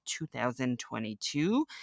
2022